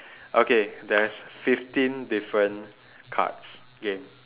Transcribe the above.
okay there's fifteen different cards game